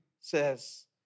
says